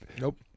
Nope